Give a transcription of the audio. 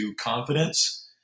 confidence